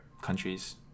countries